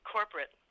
Corporate